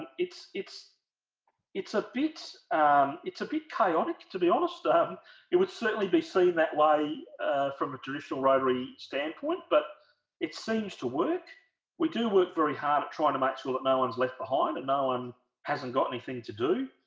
it's it's it's a bit it's a bit chaotic to be honest um it would certainly be seen that way from a traditional rotary standpoint but it seems to work we do work very hard at trying to make sure that no one's left behind and no one hasn't got anything to do